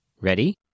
Ready